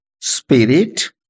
spirit